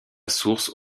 source